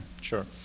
Sure